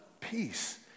Peace